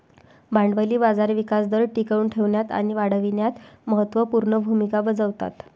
भांडवली बाजार विकास दर टिकवून ठेवण्यात आणि वाढविण्यात महत्त्व पूर्ण भूमिका बजावतात